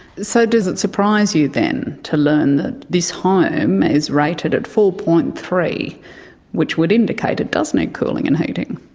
so does it surprise you, then, to learn that this home is rated at four. three which would indicate it does need cooling and heating?